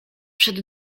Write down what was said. przed